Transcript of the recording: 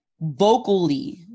Vocally